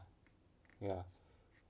ya